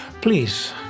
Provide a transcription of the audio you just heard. please